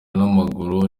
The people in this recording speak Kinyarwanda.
n’amaguru